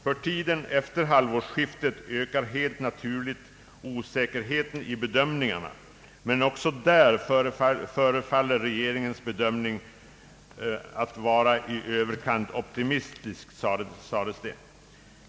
För tiden efter halvårsskiftet ökar helt naturligt osäkerheten i bedömningarna, men också där förefaller regeringens bedömning att vara i överkant optimistisk.